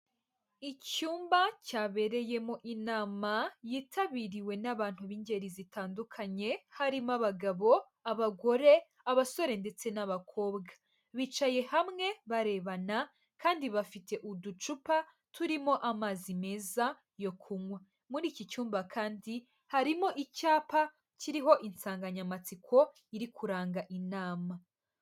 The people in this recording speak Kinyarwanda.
Icyumba cyabereyemo inama yitabiriwe n'abantu b'ingeri zitandukanye, harimo: abagabo, abagore, abasore ndetse n'abakobwa, bicaye hamwe barebana kandi bafite uducupa turimo amazi meza yo kunywa; muri iki cyumba kandi harimo icyapa kiriho insanganyamatsiko iri kuranga inama.